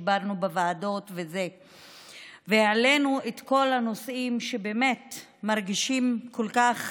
שבו דיברנו בוועדות והעלינו את כל הנושאים שמרגישים עליהם כל כך